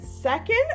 second